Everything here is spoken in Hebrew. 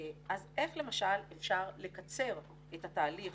אז איך למשל אפשר לקצר את התהליך.